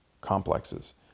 complexes